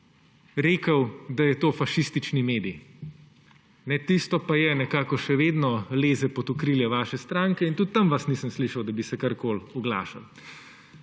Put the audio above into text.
rekel, da je to fašistični medij. Tisto pa nekako še vedno leze pod okrilje vaše stranke in tudi tam vas nisem slišal, da bi se kakorkoli oglašali.